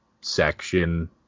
section